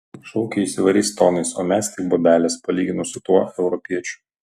šaukė jis įvairiais tonais o mes tik bobelės palyginus su tuo europiečiu